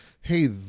hey